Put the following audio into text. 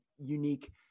unique